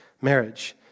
marriage